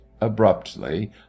abruptly